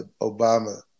Obama